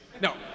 No